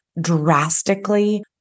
drastically